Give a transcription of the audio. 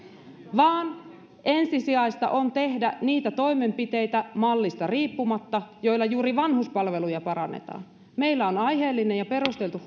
vaan ensisijaista on tehdä niitä toimenpiteitä mallista riippumatta joilla juuri vanhuspalveluja parannetaan meillä on aiheellinen ja perusteltu